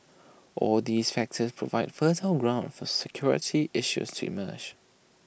all these factors provide fertile ground for security issues to emerge